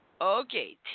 Okay